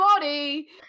body